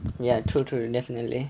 ya true true definitely